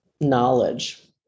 knowledge